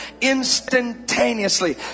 instantaneously